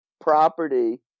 property